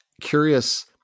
curious